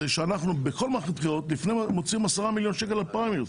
שאנחנו בכל מערכת בחירות מוציאים 10 מיליון שקלים על פריימריס,